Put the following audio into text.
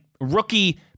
rookie